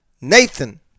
Nathan